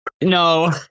No